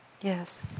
Yes